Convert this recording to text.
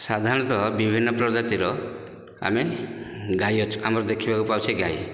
ସାଧାରଣତଃ ବିଭିନ୍ନ ପ୍ରଜାତିର ଆମେ ଗାଈ ଅଛି ଆମର ଦେଖିବାକୁ ପାଉଛେ ଗାଈ